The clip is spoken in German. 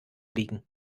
liegen